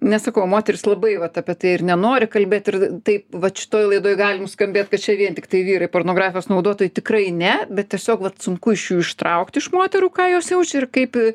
nes sakau moteris labai vat apie tai ir nenori kalbėt ir tai vat šitoj laidoj gali nuskambėt kad čia vien tiktai vyrai pornografijos naudotojai tikrai ne bet tiesiog vat sunku iš jų ištraukti iš moterų ką jos jaučia ir kaip